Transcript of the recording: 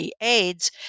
AIDS